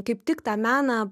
kaip tik tą meną